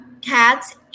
cats